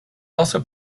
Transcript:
also